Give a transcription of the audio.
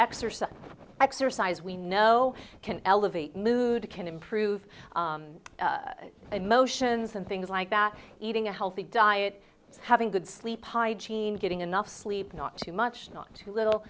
exercise exercise we know can elevate mood can improve emotions and things like that eating a healthy diet having good sleep hygiene getting enough sleep not too much not too little